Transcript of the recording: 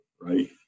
right